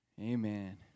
Amen